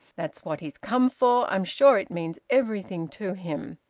that's what he's come for. i'm sure it means everything to him.